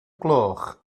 gloch